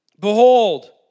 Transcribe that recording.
Behold